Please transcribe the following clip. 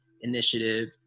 initiative